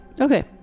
Okay